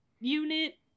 unit